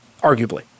Arguably